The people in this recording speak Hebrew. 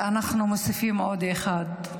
ואנחנו מוסיפים עוד אחד,